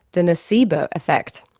the nocebo effect.